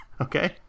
Okay